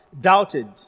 doubted